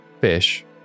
fish